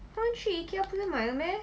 他们去 ikea 不是买了 meh